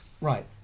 right